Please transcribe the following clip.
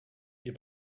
ihr